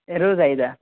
ఏ రోజు ఐదు